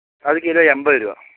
അത് കിലോ എമ്പത് രൂപ